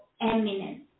eminent